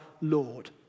Lord